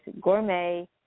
gourmet